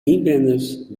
ynwenners